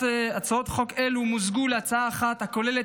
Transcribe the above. הצעות חוק אלו מוזגו להצעה אחת הכוללת